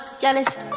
jealous